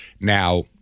now